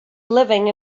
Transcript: living